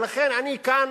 ולכן, אני כאן